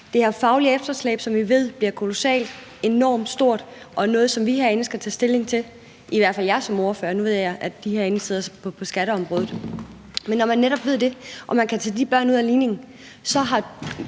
det her faglige efterslæb, som vi ved bliver kolossalt, enormt stort og noget, som vi herinde skal tage stilling til. Det skal jeg i hvert fald som ordfører på området – nu ved jeg, at de ordførere, der sidder herinde i dag, er ordførere på skatteområdet. Men når man netop ved det og man kan tage de børn ud af ligningen, har